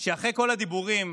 שאחרי כל הדיבורים,